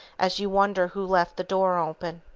as you wonder who left the door open.